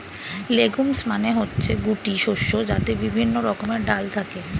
legumes মানে হচ্ছে গুটি শস্য যাতে বিভিন্ন রকমের ডাল থাকে